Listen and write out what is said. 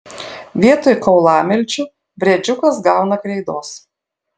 vietoj kaulamilčių briedžiukas gauna kreidos